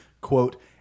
quote